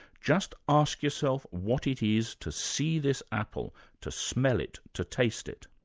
just ask yourselves what it is to see this apple, to smell it, to taste it.